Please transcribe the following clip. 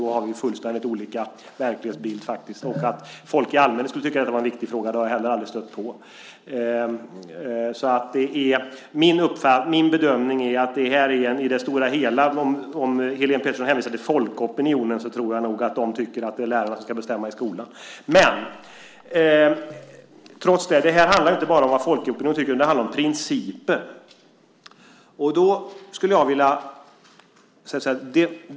Då har vi faktiskt fullständigt olika verklighetsbild. Att folk i allmänhet skulle tycka att detta är en viktig fråga har jag heller aldrig stött på. Helene Petersson hänvisar till folkopinionen. Jag tror nog att man tycker att det är lärarna som ska bestämma i skolan. Dock handlar det inte bara om folkopinionen, utan det handlar också om principen.